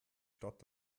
stadt